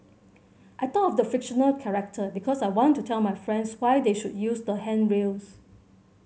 I thought of the fictional character because I want to tell my friends why they should use the handrails